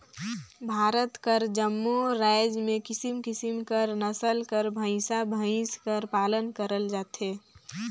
भारत कर जम्मो राएज में किसिम किसिम कर नसल कर भंइसा भंइस कर पालन करल जाथे